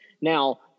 Now